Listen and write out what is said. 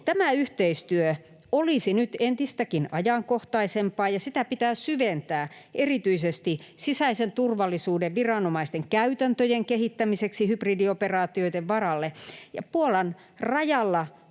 Tämä yhteistyö olisi nyt entistäkin ajankohtaisempaa, ja sitä pitää syventää erityisesti sisäisen turvallisuuden viranomaisten käytäntöjen kehittämiseksi hybridioperaatioiden varalle. Puolan rajalla